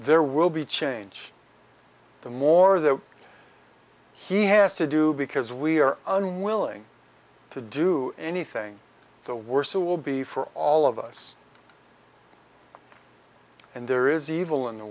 there will be change the more the he has to do because we are unwilling to do anything the worse it will be for all of us and there is evil in the